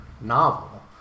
novel